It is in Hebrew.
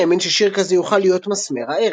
ואלין האמין ששיר כזה יוכל להיות "מסמר הערב".